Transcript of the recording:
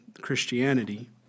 Christianity